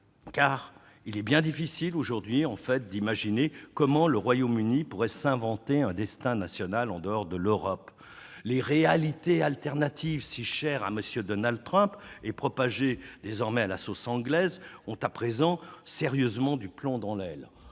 Car il est bien difficile aujourd'hui d'imaginer comment le Royaume-Uni pourrait s'inventer un destin national en dehors de l'Europe. Les « réalités alternatives », chères à Donald Trump et propagées à la sauce anglaise, ont à présent sérieusement du plomb dans l'aile.